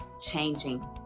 changing